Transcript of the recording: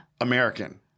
American